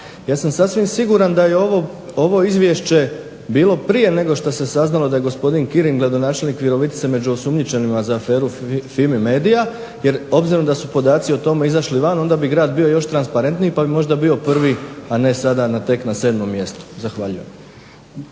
Ja sam sasvim siguran da je ovo izvješće bilo prije nego što se saznalo da je gospodin Kirin gradonačelnik Virovitice među osumnjičenima za aferu FIMImedia, jer obzirom da su podaci o tome izašli van, onda bi grad bio još transparentniji, pa bi možda bio prvi, a ne sada tek na 7. mjestu. Zahvaljujem.